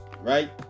Right